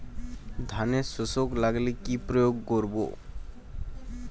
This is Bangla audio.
ধানের শোষক লাগলে কি প্রয়োগ করব?